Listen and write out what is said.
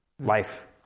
life